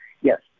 Yes